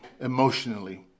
emotionally